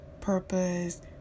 purpose